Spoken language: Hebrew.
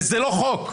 זה לא חוק.